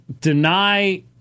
deny